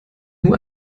nur